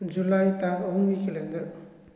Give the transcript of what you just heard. July ꯇꯥꯡ ꯑꯍꯨꯝꯒꯤ calendar